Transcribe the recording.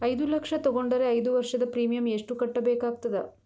ಐದು ಲಕ್ಷ ತಗೊಂಡರ ಐದು ವರ್ಷದ ಪ್ರೀಮಿಯಂ ಎಷ್ಟು ಕಟ್ಟಬೇಕಾಗತದ?